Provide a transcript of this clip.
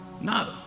No